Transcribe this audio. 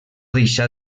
deixà